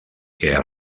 què